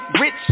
rich